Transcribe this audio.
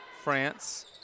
France